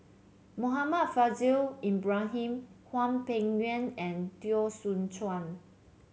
Muhammad Faishal Ibrahim Hwang Peng Yuan and Teo Soon Chuan